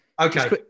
okay